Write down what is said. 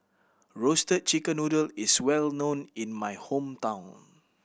Roasted Chicken Noodle is well known in my hometown